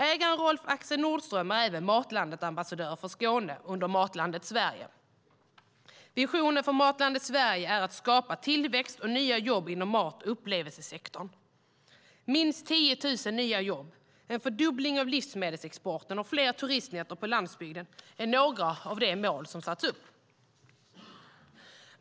Ägaren, Rolf Axel Nordström, är även Matlandetambassadör för Skåne under Matlandet Sverige. Visionen för Matlandet Sverige är att skapa tillväxt och nya jobb inom mat och upplevelsesektorn. Minst 10 000 nya jobb, en fördubbling av livsmedelsexporten och fler turistnätter på landsbygden är några av de mål som har satts upp.